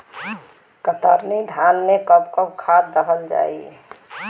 कतरनी धान में कब कब खाद दहल जाई?